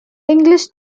english